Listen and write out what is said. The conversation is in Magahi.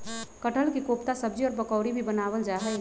कटहल के कोफ्ता सब्जी और पकौड़ी भी बनावल जा हई